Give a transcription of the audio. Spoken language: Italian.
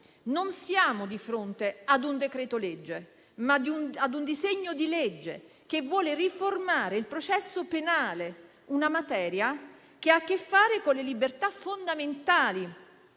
Non siamo di fronte ad un decreto-legge, ma ad un disegno di legge che vuole riformare il processo penale, una materia che a che fare con le libertà fondamentali